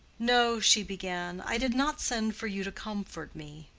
no, she began i did not send for you to comfort me.